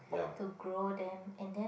to grow them and then